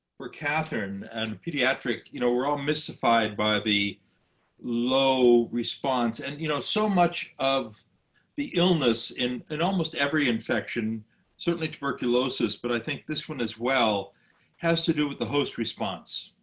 katherine and pediatric you know we're all mystified by the low response. and you know so much of the illness in and almost every infection certainly tuberculosis, but i think this one as well has to do with the host response.